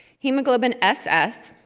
hemoglobin s s,